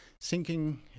sinking